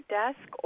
desk